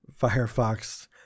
Firefox